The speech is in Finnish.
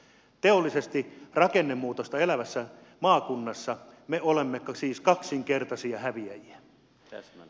teollista rakennemuutosta elävässä maakunnassa me olemme siis kaksinkertaisia häviäjiä